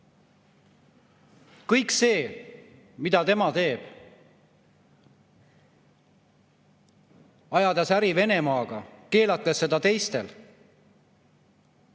Kõik see, mida tema teeb, ajades äri Venemaaga, keelates seda teha